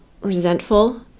resentful